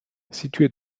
situés